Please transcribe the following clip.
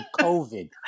COVID